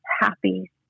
happy